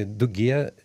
du gie